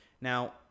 Now